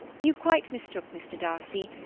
you quite mistook mr. darcy.